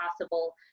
possible